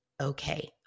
okay